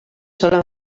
solen